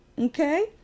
okay